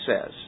says